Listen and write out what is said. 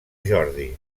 jordi